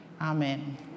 Amen